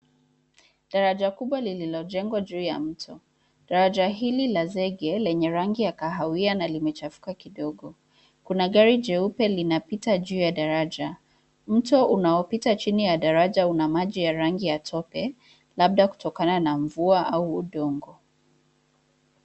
Daraja kubwa lililojengwa juu ya mto. Daraja hili la zege lenye rangi la kahawia na limechafuka kidogo. Kuna gari jeupe linapita juu ya daraja. Mto unaopita chini ya daraja una rangi la maji ya tope, labda kutokana na mvua au udongo.